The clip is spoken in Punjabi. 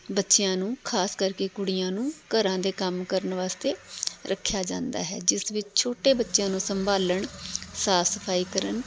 ਬੱਚਿਆਂ ਨੂੰ ਖ਼ਾਸ ਕਰਕੇ ਕੁੜੀਆਂ ਨੂੰ ਘਰਾਂ ਦੇ ਕੰਮ ਕਰਨ ਵਾਸਤੇ ਰੱਖਿਆ ਜਾਂਦਾ ਹੈ ਜਿਸ ਵਿੱਚ ਛੋਟੇ ਬੱਚਿਆਂ ਨੂੰ ਸੰਭਾਲਣ ਸਾਫ਼ ਸਫ਼ਾਈ ਕਰਨ